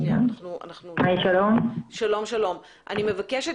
אני מבקשת,